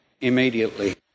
immediately